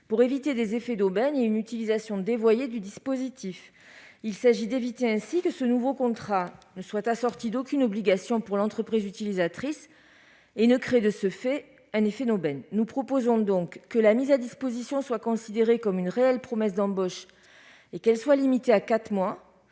pour éviter des effets d'aubaine et une utilisation dévoyée du dispositif. Il s'agit ainsi d'éviter que ce nouveau contrat ne soit assorti d'aucune obligation pour l'entreprise utilisatrice et crée de ce fait un effet d'aubaine. Nous proposons donc, premièrement, que la mise à disposition soit considérée comme une réelle promesse d'embauche et qu'elle soit limitée à quatre